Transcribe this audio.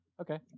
Okay